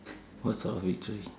what sort of victory